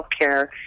healthcare